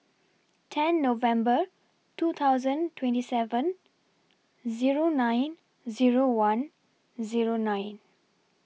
ten November two thousand twenty seven Zero nine Zero one Zero nine